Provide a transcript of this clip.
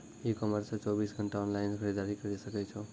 ई commerce से चौबीस घंटा ऑनलाइन खरीदारी करी सकै छो